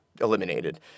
eliminated